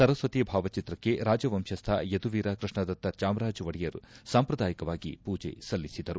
ಸರಸ್ವತಿ ಭಾವಚಿತ್ರಕ್ಕೆ ರಾಜವಂಶಸ್ಥ ಯಧುವೀರ ಕೃಷ್ಣದತ್ತ ಚಾಮರಾಜ ಒಡೆಯರ್ ಸಾಂಪ್ರದಾಯಿಕವಾಗಿ ಮೂಜೆ ಸಲ್ಲಿಸಿದರು